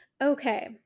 Okay